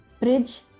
Bridge